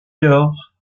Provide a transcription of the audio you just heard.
lors